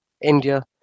India